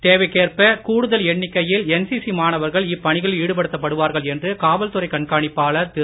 தேவைக்கேற்ப கூடுதல் எண்ணிக்கையில் என்சிசி மாணவர்கள் இப்பணிகளில் ஈடுபடுத்தப் படுவார்கள் என்று செய்தியாளர்களிடம் காவல்துறை கண்காணிப்பாளர் திரு